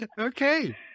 Okay